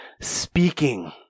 speaking